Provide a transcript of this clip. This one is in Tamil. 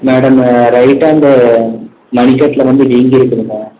மேடம் ரைட் ஹேண்டு மணிக்கட்டில் வந்து வீங்கியிருக்குதுங்க